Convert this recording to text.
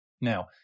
Now